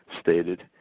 stated